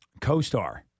CoStar